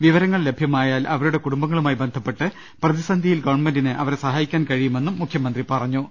വിവര ങ്ങൾ ലഭ്യമായാൽ അവരുടെ കുടുംബങ്ങളുമായി ബന്ധപ്പെട്ട് പ്രതിസന്ധിയിൽ ഗവൺമെന്റിന് അവരെ സഹായിക്കാൻ കഴിയുമെന്നും മുഖ്യമന്ത്രി പറഞ്ഞു